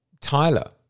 Tyler